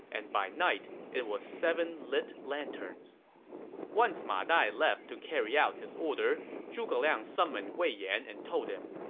and by night, it was seven lit lanterns once ma dai left to carry out his order, zhuge liang summoned wei yan and told him,